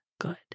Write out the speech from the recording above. good